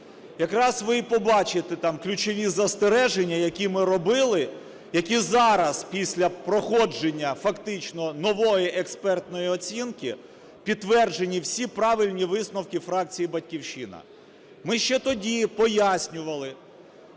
якраз ви і побачите там ключові застереження, які ми робили, які зараз, після проходження фактично нової експертної оцінки, підтверджені всі правильні висновки фракції "Батьківщина". Ми ще тоді пояснювали,